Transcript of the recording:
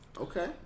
Okay